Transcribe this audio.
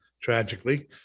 tragically